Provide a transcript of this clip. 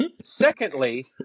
Secondly